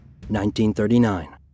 1939